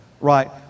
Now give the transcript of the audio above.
right